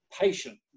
patient